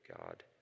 God